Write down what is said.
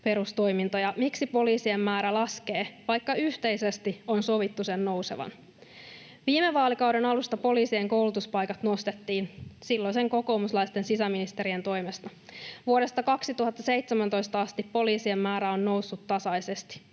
perustoimintoja? Miksi poliisien määrä laskee, vaikka yhteisesti on sovittu sen nousevan? Viime vaalikauden alusta poliisien koulutuspaikkojen määrää nostettiin silloisten kokoomuslaisten sisäministerien toimesta. Vuodesta 2017 asti poliisien määrä on noussut tasaisesti.